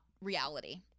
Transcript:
reality